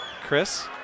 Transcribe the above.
Chris